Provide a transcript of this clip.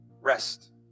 Rest